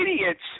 idiots